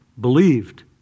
believed